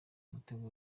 mutego